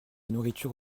nourriture